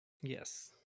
yes